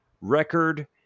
record